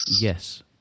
Yes